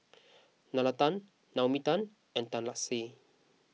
Nalla Tan Naomi Tan and Tan Lark Sye